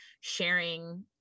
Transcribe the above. sharing